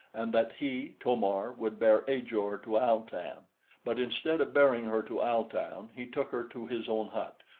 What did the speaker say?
and that he, to-mar, would bear ajor to al-tan but instead of bearing her to al-tan, he took her to his own hut,